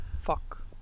Fuck